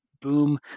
Boom